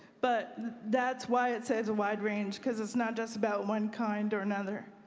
but that's why it says wide range, because it's not just about one kind or another.